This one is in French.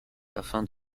afin